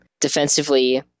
Defensively